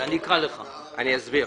אני אסביר.